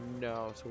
No